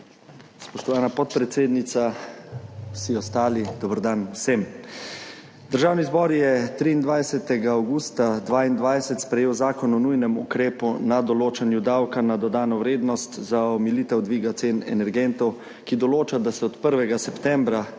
Spoštovana podpredsednica, vsi ostali, dober dan vsem! Državni zbor je 23. avgusta 2022 sprejel Zakon o nujnem ukrepu na določanju davka na dodano vrednost za omilitev dviga cen energentov, ki določa, da se od 1. septembra